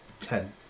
ten